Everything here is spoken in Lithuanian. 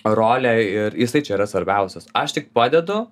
rolę ir jisai čia yra svarbiausias aš tik padedu